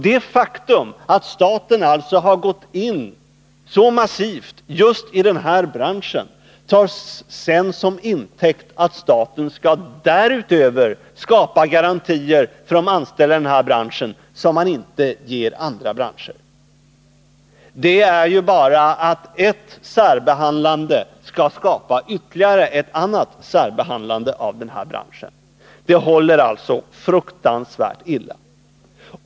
Det faktum att staten gått in så massivt just i den här branschen tas sedan som intäkt för att staten därutöver skall skapa garantier för de anställda i den här branschen, som man inte ger anställda i andra branscher. Det innebär bara att ett särbehandlande skapar ett annat särbehandlande av den här branschen. Det håller alltså fruktansvärt illa.